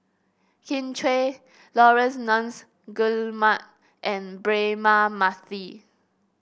Kin Chui Laurence Nunns Guillemard and Braema Mathi